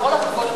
בכל הכבוד,